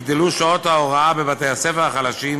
יגדלו שעות ההוראה בבתי-הספר החלשים